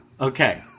Okay